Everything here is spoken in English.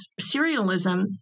serialism